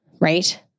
right